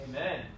Amen